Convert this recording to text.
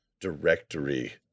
directory